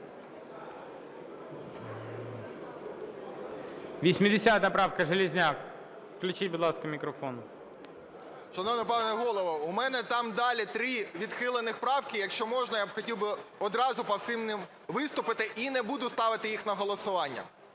Шановний пане голово! У мене там далі три відхилених правки. Якщо можна, я хотів би відразу по всіх ним виступити і не буду ставити їх на голосування.